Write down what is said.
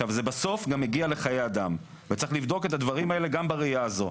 בסוף זה גם מגיע לחיי אדם וצריך לבחון את הדברים האלה גם בראייה הזאת.